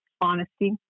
honesty